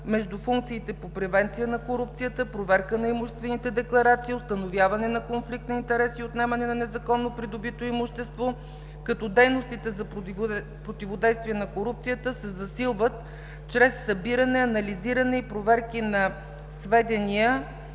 между функциите по превенция на корупцията, проверка на имуществените декларации, установяване на конфликт на интереси и отнемане на незаконно придобито имущество, като дейностите за противодействие на корупцията се засилват чрез събиране, анализиране и проверки на сведения